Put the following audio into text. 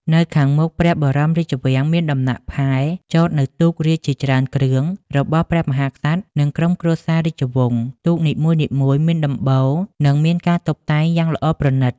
នៅខាងមុខព្រះបរមរាជវាំងមានដំណាក់ផែ ចតនៅទូករាជជាច្រើនគ្រឿង របស់ព្រះមហាក្សត្រ និង ក្រុមគ្រួសាររាជវង្ស ទូកនីមួយៗមានដំបូល និងមានការតុបតែងយ៉ាងល្អប្រណិត ។